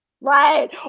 Right